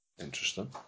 Interesting